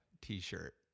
t-shirt